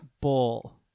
Bull